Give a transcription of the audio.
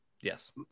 yes